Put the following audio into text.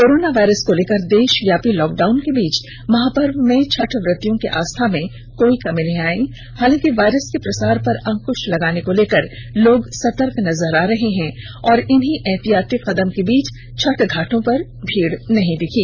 corona virus को लेकर देशव्यापी लॉकडाउन के बीच महापर्व में छठव्रतियों के आस्था में कोई कमी नहीं आयी हालांकि वायरस के प्रसार पर अंकुश लगाने को लेकर लोग काफी सर्तक नजर आ रहे है और इन्हीं एहतियाती कदम के बीच छठ घाटों पर भीड़ नहीं दिखी